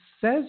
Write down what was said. says